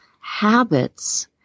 habits